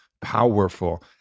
powerful